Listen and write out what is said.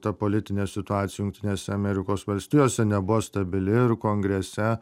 ta politinė situacija jungtinėse amerikos valstijose nebuvo stabili ir kongrese